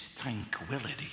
tranquility